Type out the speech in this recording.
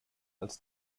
als